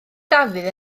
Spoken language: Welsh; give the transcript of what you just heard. dafydd